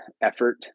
effort